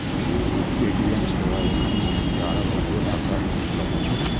Paytm सेवा एखन ग्यारह भारतीय भाषा मे उपलब्ध छै